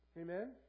Amen